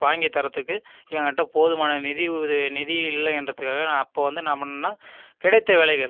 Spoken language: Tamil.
வாங்கி தர்றத்துக்கு என்கிட்ட போதுமான நிதி உதவி நிதி இல்லைன்றத்துக்காக நான் அப்போ வந்து நான் என்ன பண்ணுனேன்னா கிடைத்த வேலைகள்